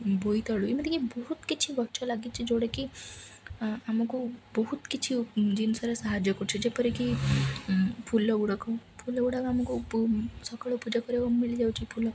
ବୋଇତାଳୁ ଏମିତିକି ବହୁତ କିଛି ଗଛ ଲାଗିଛି ଯୋଉଟାକି ଆମକୁ ବହୁତ କିଛି ଜିନିଷରେ ସାହାଯ୍ୟ କରୁଛି ଯେପରିକି ଫୁଲ ଗୁଡ଼ାକ ଫୁଲ ଗୁଡ଼ାକ ଆମକୁ ସକାଳୁ ପୂଜା କରିବାକୁ ମିଳିଯାଉଛି ଫୁଲ